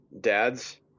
dads